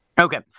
Okay